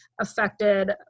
affected